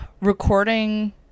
recording